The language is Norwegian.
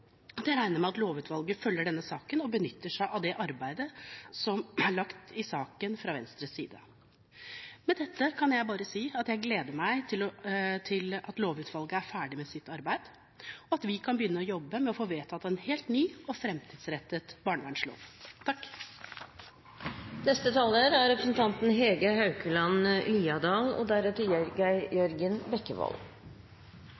at jeg regner med at lovutvalget følger denne saken og benytter seg av det arbeidet som er lagt i saken fra Venstres side. Med dette kan jeg bare si at jeg gleder meg til lovutvalget er ferdig med sitt arbeid og vi kan begynne å jobbe med å få vedtatt en helt ny og framtidsrettet barnevernlov. Arbeiderpartiet er opptatt av å sikre barn og